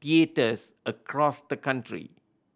theatres across the country